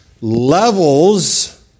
levels